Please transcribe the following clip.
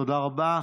תודה רבה.